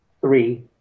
three